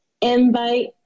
invite